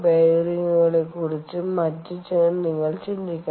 ബെയറിംഗുകളെക്കുറിച്ചും മറ്റും നിങ്ങൾ ചിന്തിക്കണം